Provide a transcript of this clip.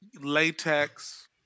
latex